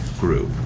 group